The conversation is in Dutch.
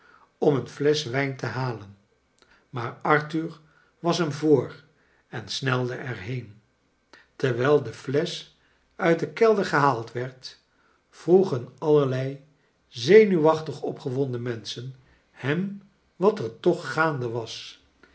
om een flesch wijn te halen maar arthur was hem voor en snelde er heen terwijl de flesch uit den kelder gehaald werd vroegen allerlei zenuwachtig opgewonden menschen hem wat er toch gaande was